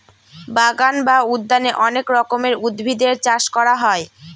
বাগান বা উদ্যানে অনেক রকমের উদ্ভিদের চাষ করা হয়